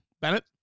Bennett